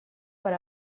per